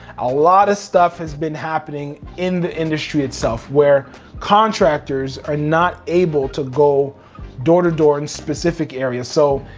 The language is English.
a lot of stuff has been happening in the industry itself where contractors are not able to go door to door in specific areas. so,